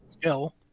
skill